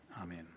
amen